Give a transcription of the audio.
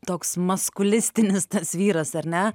toks maskulistinis tas vyras ar ne